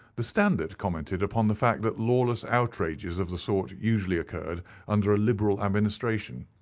the standard commented upon the fact that lawless outrages of the sort usually occurred under a liberal administration.